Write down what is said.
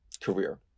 career